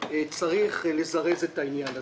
צריך לזרז את העניין הזה.